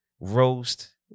Roast